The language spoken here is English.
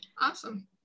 awesome